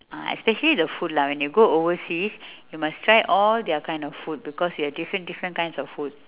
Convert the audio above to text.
ah especially the food lah when you go overseas you must try all their kind of food because you have different different kinds of food